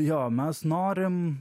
jo mes norim